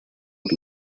por